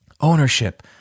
ownership